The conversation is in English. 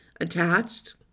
attached